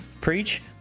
preach